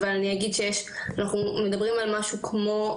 אבל אני אגיד שאנחנו מדברים על משהו כמו,